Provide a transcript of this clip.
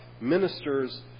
ministers